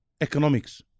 economics